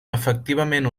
efectivament